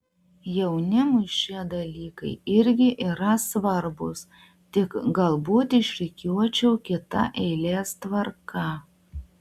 jaunimui šie dalykai irgi yra svarbūs tik galbūt išrikiuočiau kita eilės tvarka